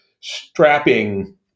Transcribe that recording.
strapping